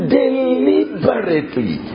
deliberately